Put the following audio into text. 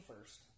first